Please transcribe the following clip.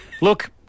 Look